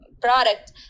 product